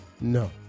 No